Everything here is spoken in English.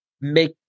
make